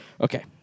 Okay